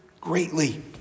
greatly